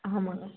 ஆமாங்க